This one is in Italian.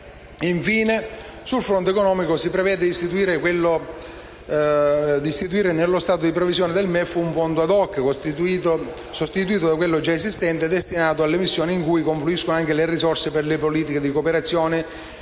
Infine, sul fronte economico si prevede di istituire, nello stato di previsione del MEF, un fondo *ad hoc*, sostitutivo di quello già esistente, destinato alle missioni in cui confluiscono anche le risorse per le politiche di cooperazione